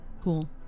cool